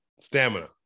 stamina